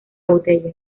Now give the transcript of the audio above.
botella